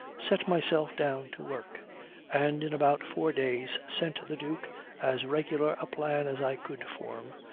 set myself down to work and in about four days sent the duke as regular a plan as i could form,